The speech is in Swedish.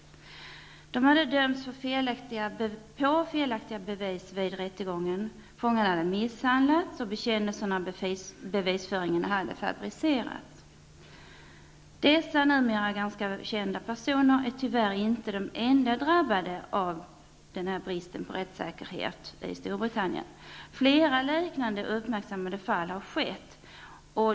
De hade dömts på felaktiga bevis vid rättegången. Fångarna hade misshandlats, och bekännelsen och bevisföringen hade fabricerats. Dessa numera ganska kända personer är tyvärr inte de enda som har drabbats av bristen på rättssäkerhet i Storbritannien. Flera liknande uppmärksammade fall har skett.